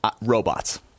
robots